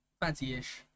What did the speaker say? fancy-ish